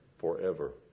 Forever